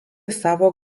savo